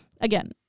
again